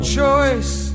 choice